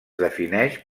defineix